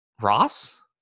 ross